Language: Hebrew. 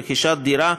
רכישת דירה,